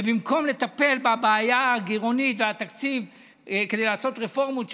ובמקום לטפל בבעיית הגירעון והתקציב כדי לעשות רפורמות,